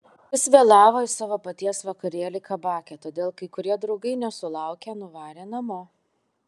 jis vėlavo į savo paties vakarėlį kabake todėl kai kurie draugai nesulaukę nuvarė namo